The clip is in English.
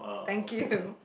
thank you